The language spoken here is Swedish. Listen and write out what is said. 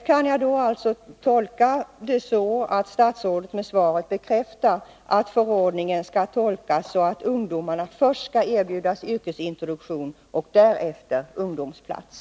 Betyder detta alltså att statsrådet med svaret bekräftar att förordningen skall tolkas så att ungdomarna först skall erbjudas yrkesintroduktion och därefter ungdomsplats?